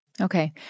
Okay